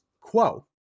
quo